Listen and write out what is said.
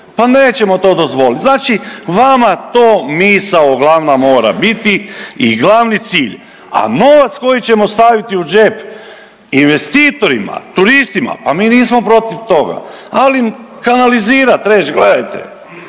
Pa nećemo to dozvoliti, znači vama to misao glavna mora biti i glavni cilj, a novac koji ćemo staviti u džep investitorima, turistima, pa mi nismo protiv toga. Ali kanalizirati, reći gledajte